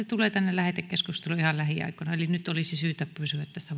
tulee tänne lähetekeskusteluun ihan lähiaikoina eli nyt olisi syytä pysyä tässä